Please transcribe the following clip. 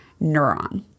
neuron